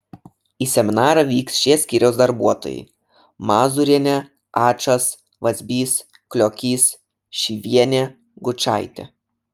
į seminarą vyks šie skyriaus darbuotojai mazūrienė ačas vazbys kliokys šyvienė gučaitė